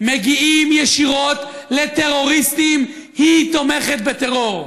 מגיעים ישירות לטרוריסטים היא תומכת בטרור.